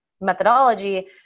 methodology